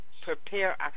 prepare